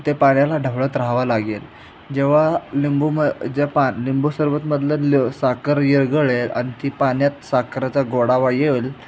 ते पाण्याला ढवळत राहावा लागेल जेव्हा लिंबू म ज्या पान लिंबू सरबतमधलं लि साकर विरघळेल आणि ती पाण्यात साखरेचा गोडवा येईल